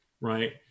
Right